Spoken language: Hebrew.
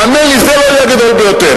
האמן לי, זה לא יהיה הגדול ביותר.